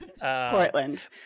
Portland